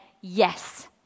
yes